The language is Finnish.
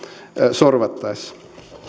sorvattaessa